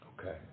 Okay